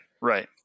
Right